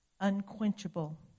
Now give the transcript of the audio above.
unquenchable